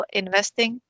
investing